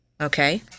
okay